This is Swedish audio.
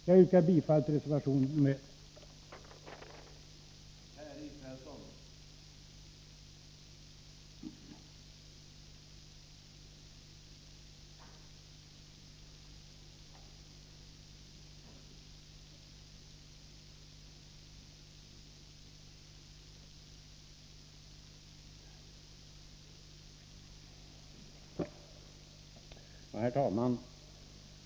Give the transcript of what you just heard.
Jag yrkar bifall till reservation nr 1.